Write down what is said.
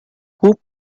whose